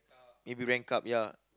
maybe bank card ya